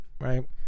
Right